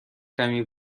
کمی